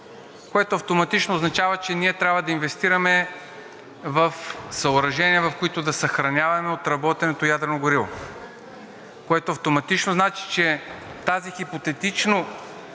Това автоматично означава, че ние трябва да инвестираме в съоръжения, в които да съхраняваме отработеното ядрено гориво, което автоматично значи, че тази хипотетично